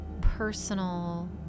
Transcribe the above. personal